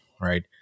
right